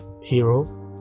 hero